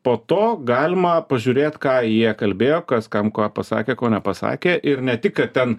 po to galima pažiūrėt ką jie kalbėjo kas kam ką pasakė ko nepasakė ir ne tik kad ten